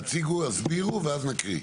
תציגו, הסבירו ואז נקריא.